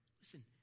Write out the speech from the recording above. Listen